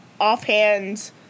offhand